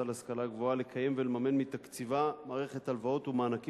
להשכלה גבוהה לקיים ולממן מתקציבה מערכת הלוואות ומענקים